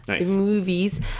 Movies